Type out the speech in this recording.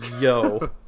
yo